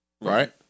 Right